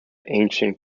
ancient